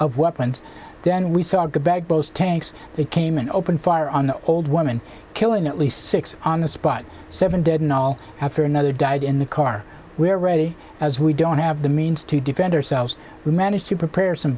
of weapons then we saw the bag those tanks they came and opened fire on the old woman killing at least six on the spot seven dead in all after another died in the car we are ready as we don't have the means to defend ourselves we managed to prepare some